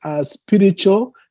spiritual